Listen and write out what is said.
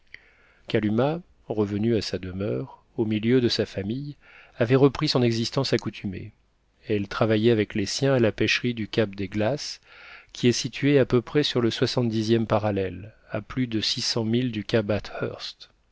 kalumah revenue à sa demeure au milieu de sa famille avait repris son existence accoutumée elle travaillait avec les siens à la pêcherie du cap des glaces qui est située à peu près sur le soixante dixième parallèle à plus de six cents milles du